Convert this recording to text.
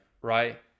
Right